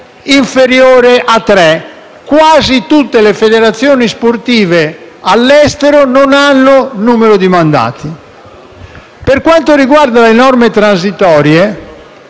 inferiore a tre. Quasi tutte le federazioni sportive all'estero non hanno numero di mandati. Per quanto riguarda le norme transitorie,